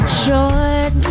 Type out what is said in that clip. short